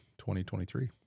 2023